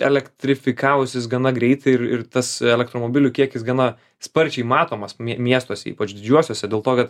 elektrifikavusis gana greitai ir ir tas elektromobilių kiekis gana sparčiai matomas miestuose ypač didžiuosiuose dėl to kad